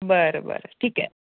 बरं बरं ठीक आहे